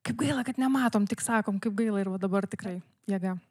kaip gaila kad nematom tik sakom kaip gaila ir va dabar tikrai jėga